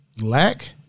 Lack